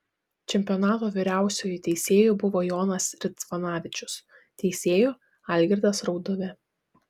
čempionato vyriausiuoju teisėju buvo jonas ridzvanavičius teisėju algirdas rauduvė